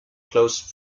close